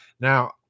Now